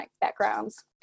backgrounds